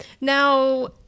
Now